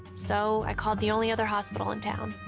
so i called the only other hospital in town.